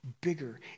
bigger